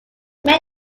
man